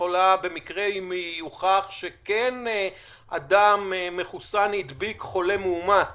במקרה שיוכח שכן אדם מחוסן נפגש עם חולה מאומת